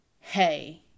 hey